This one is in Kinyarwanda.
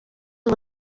ubu